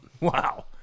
Wow